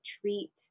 treat